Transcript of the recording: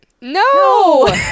No